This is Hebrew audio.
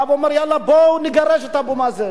בא ואומר: יאללה, בואו ונגרש את אבו מאזן.